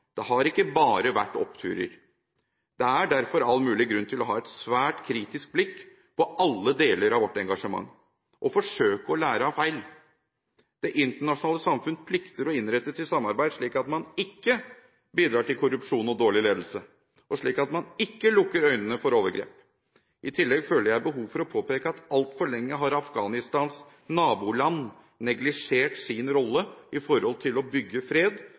Det har ikke bare vært oppturer. Det er derfor all mulig grunn til å ha et svært kritisk blikk på alle deler av vårt engasjement og forsøke å lære av feil. Det internasjonale samfunn plikter å innrette sitt samarbeid slik at man ikke bidrar til korrupsjon og dårlig ledelse, og slik at man ikke lukker øynene for overgrep. I tillegg føler jeg behov for å påpeke at altfor lenge har Afghanistans naboland neglisjert sin rolle med hensyn til å bygge fred,